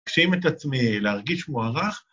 מגשים את עצמי, להרגיש מוערך.